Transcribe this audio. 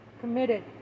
committed